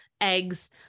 eggs